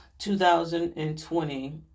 2020